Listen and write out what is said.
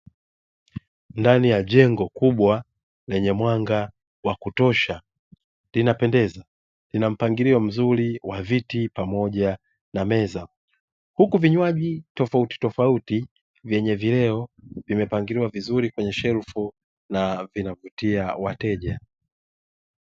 Ndani ya jengo kubwa lenye mwanga wa kutosha linapendeza linampangilio mzuri wa viti pamoja na meza, huku vinywaji tofautitofauti vyenye vileo vimepangiliwa vizuri kwenye shelfu na vinavutia wateja.